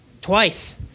Twice